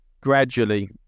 gradually